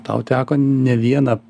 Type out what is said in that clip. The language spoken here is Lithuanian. tau teko ne vieną